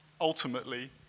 ultimately